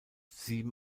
sieben